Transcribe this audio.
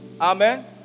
Amen